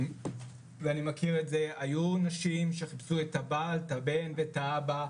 היו נשים שחיפשו את הבעל, הבן או האב.